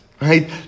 right